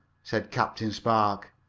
said captain spark.